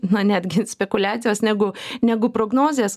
na netgi spekuliacijos negu negu prognozės